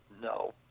No